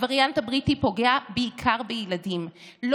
הווריאנט הבריטי פוגע בעיקר בילדים אני